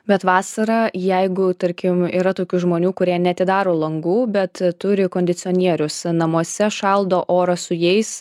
bet vasarą jeigu tarkim yra tokių žmonių kurie neatidaro langų bet turi kondicionierius namuose šaldo orą su jais